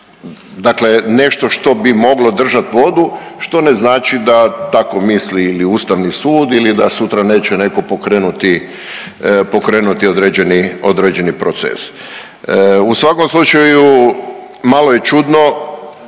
dakle nešto što bi moglo držati vodu što ne znači da tako misli ili Ustavni sud ili da sutra neće netko pokrenuti, pokrenuti određeni, određeni proces. U svakom slučaju malo je čudno